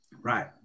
right